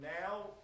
now